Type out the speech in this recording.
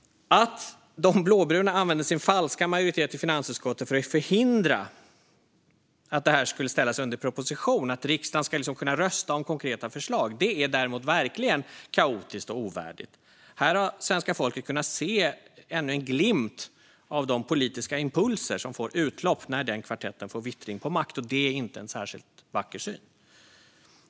Att de blåbruna använder sin falska majoritet i finansutskottet för att förhindra att förslaget ska ställas under proposition och att riksdagen ska kunna rösta om konkreta förslag - det är däremot verkligen kaotiskt och ovärdigt. Här har svenska folket kunnat se ännu en glimt av de politiska impulser som får utlopp när denna kvartett får vittring på makt, och det är inte en särskilt vacker syn.